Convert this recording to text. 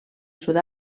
sud